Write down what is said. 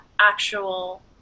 actual